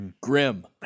Grim